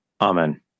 Amen